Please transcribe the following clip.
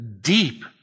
deep